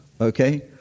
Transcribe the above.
Okay